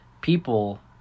people